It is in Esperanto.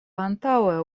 antaŭe